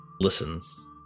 listens